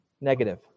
negative